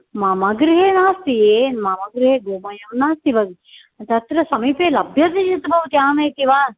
मम गृहे नास्ति ए मम गृहे गोमयं नास्ति भगिनि तत्र समीपे लभ्यते चेत् भवति आनयति वा